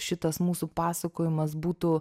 šitas mūsų pasakojimas būtų